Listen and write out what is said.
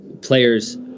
players